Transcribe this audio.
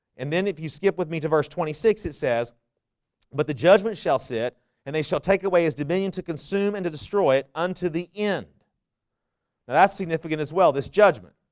and then if you skip with me to verse twenty six it says but the judgment shall sit and they shall take away his dominion to consume and to destroy it unto the end now that's significant as well this judgment.